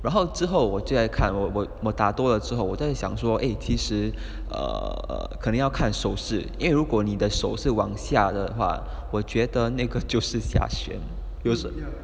然后之后我最爱看我打多了之后我在想说其实 err 肯定要看手势因为如果你的手势往下的话我觉得那个就是下卷又是了